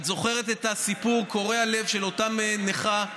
את זוכרת את הסיפור קורע הלב של אותה נכה,